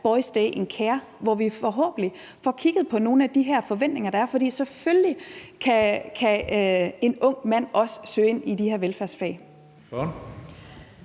»Boys' Day in Care«, hvor vi forhåbentlig får kigget på nogle af de her forventninger, der er. For selvfølgelig kan en ung mand også søge ind i de her velfærdsfag.